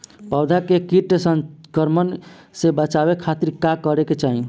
पौधा के कीट संक्रमण से बचावे खातिर का करे के चाहीं?